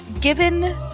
given